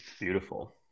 beautiful